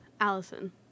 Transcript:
Allison